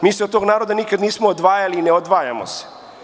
Mi se od tog naroda nikad nismo odvajali i ne odvajamo se.